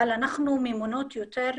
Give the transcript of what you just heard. אבל אנחנו ממונות יותר,